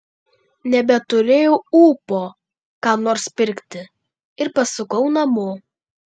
nebeturėjau ūpo ką nors pirkti ir pasukau namo